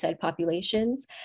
Populations